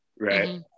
Right